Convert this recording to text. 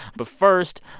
but first,